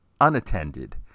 unattended